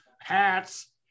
hats